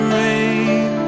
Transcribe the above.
rain